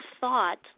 thought